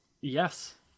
yes